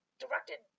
directed